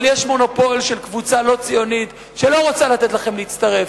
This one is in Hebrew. אבל יש מונופול של קבוצה לא ציונית שלא רוצה לתת לכם להצטרף,